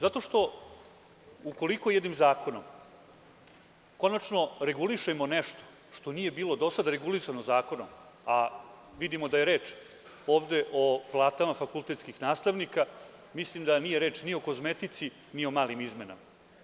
Zato što ukoliko jednim zakonom konačno regulišemo nešto što nije bilo dosad regulisano zakonom, a vidimo da je reč ovde o platama fakultetskih nastavnika, mislim da nije reč ni o kozmetici, ni o malim izmenama.